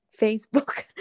facebook